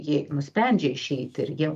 jei nusprendžia išeiti ir jie